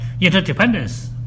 Interdependence